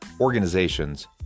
organizations